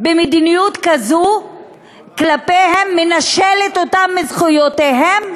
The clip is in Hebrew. במדיניות כזאת כלפיהם, מנשלת אותם מזכויותיהם.